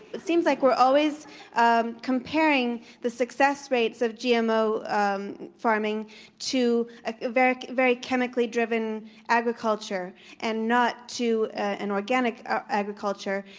seems like we're always um comparing the success rates of gmo um farming to ah very very chemically driven agriculture and not to an organic agriculture.